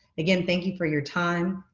again, thank you for your time.